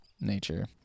nature